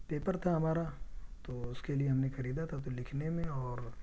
paper تھا ہمارا تو اس کے لیے ہم نے خریدا تھا تو لکھنے میں اور